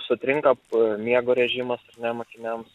sutrinka miego režimas ar ne mokiniams